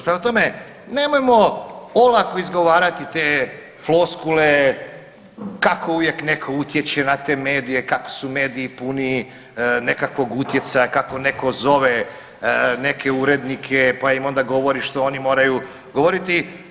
Prema tome, nemojmo olako izgovarati te floskule kako uvijek netko utječe na te medije, kako su mediji puni nekakvog utjecaja, kako netko zove neke urednike pa im onda govori što oni moraju govoriti.